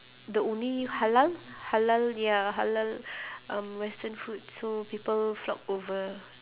the only halal halal ya halal um western food so people flock over